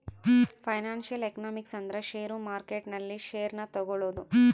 financial economics ಅಂದ್ರ ಷೇರು market ನಲ್ಲಿ ಷೇರ್ ನ ತಗೋಳೋದು